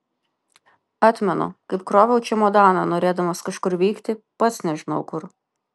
atmenu kaip kroviau čemodaną norėdamas kažkur vykti pats nežinau kur